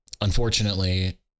unfortunately